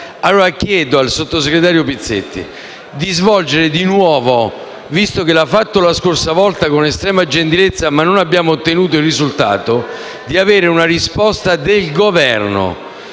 pertanto al sottosegretario Pizzetti di interessarsi di nuovo, visto che l’ha fatto la scorsa volta con estrema gentilezza ma non abbiamo ottenuto il risultato, e di avere una risposta del Governo